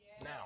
now